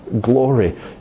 glory